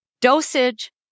dosage